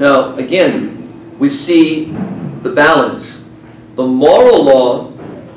e again we see the balance the law law